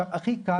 הכי קל